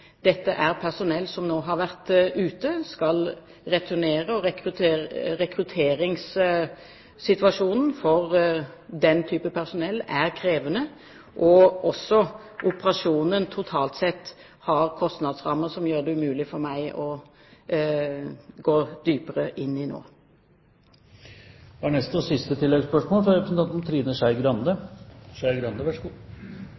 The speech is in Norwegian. Dette er personell som nå har vært ute, og som skal returnere. Rekrutteringssituasjonen for denne type personell er krevende, og operasjonen totalt sett har kostnadsrammer som gjør det umulig for meg å gå dypere inn i dette nå. Trine Skei Grande – til oppfølgingsspørsmål. Situasjonen på Haiti er